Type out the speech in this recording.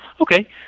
Okay